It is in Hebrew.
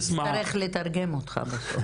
שעובר את אותו דבר בעצמו] --- אני אצטרך לתרגם אותך.